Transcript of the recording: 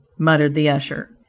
muttered the usher.